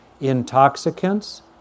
intoxicants